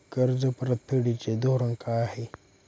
कर्ज परतफेडीचे धोरण काय आहे?